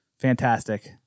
fantastic